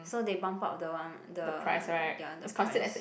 so they bump up the one the ya the price